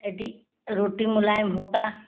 यदि रोटी मुलायम होगा